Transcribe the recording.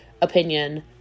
opinion